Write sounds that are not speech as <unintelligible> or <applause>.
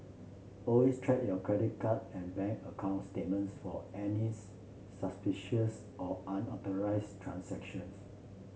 always check your credit card and bank account statements for any <unintelligible> suspicious or unauthorised transactions